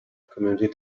commanded